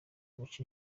guca